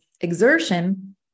exertion